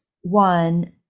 one